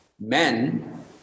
Men